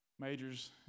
majors